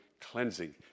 cleansing